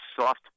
soft